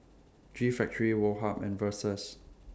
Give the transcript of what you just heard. G Factory Woh Hup and Versace